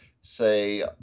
say